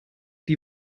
die